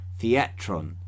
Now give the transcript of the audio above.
theatron